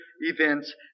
events